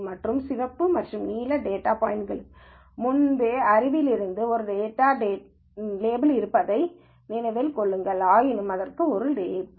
மற்ற சிவப்பு மற்றும் நீல டேட்டா பாய்ன்ட்களுக்கு முன்பே அறிவிலிருந்து ஒரு லேபிள் இருப்பதை நினைவில் கொள்ளுங்கள் ஆயினும் இதற்கு ஒரு லேபிள் இல்லை